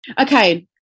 Okay